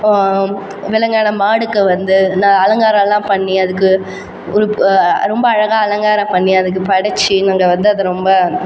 விலங்கான மாடுக்கு வந்து நான் அலங்காரமெலாம் பண்ணி அதுக்கு ஒரு ரொம்ப அழகாக அலங்காரம் பண்ணி அதுக்கு படைத்து நாங்கள் வந்து அதை ரொம்ப